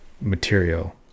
material